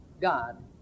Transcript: God